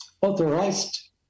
authorized